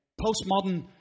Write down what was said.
postmodern